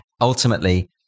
Ultimately